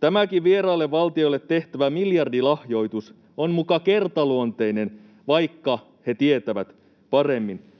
Tämäkin vieraille valtioille tehtävä miljardilahjoitus on muka kertaluonteinen, vaikka he tietävät paremmin.